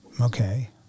okay